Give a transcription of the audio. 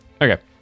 Okay